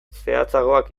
zehatzagoak